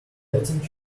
letting